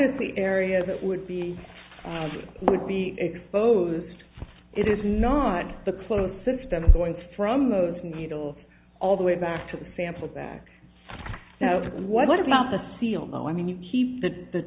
is the area that would be would be exposed it is not the closed system is going from those needle all the way back to the sample back now what about the seal though i mean you keep that the